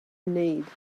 need